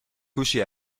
کوشی